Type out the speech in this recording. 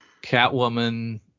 Catwoman